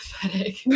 pathetic